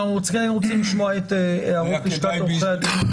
אנחנו רוצים לשמוע את הערות לשכת עורכי הדין.